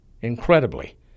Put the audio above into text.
Incredibly